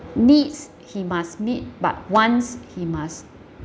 needs he must need but wants he must